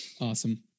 Awesome